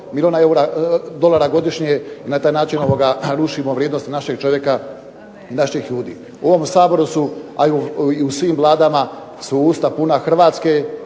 milijuna eura, dolara godišnje i na taj način narušimo vrijednost našeg čovjeka, naših ljudi. U ovom Saboru su a i u svim vladama su usta puna Hrvatske.